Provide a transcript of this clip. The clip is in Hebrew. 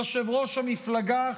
יושב-ראש המפלגה,